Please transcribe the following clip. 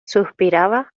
suspiraba